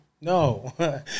no